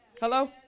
Hello